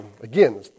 Again